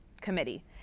committee